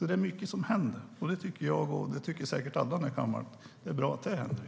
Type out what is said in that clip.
Det är mycket som händer. Det tycker jag och säkert alla i kammaren är bra.